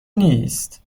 نیست